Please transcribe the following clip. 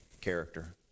character